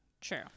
True